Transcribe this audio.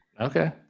okay